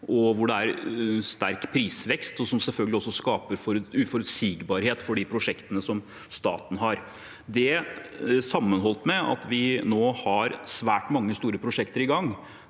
og hvor det er sterk prisvekst, som selvfølgelig også skaper uforutsigbarhet for de prosjektene som staten har. Sammenholdt med at vi nå har svært mange store prosjekter i gang,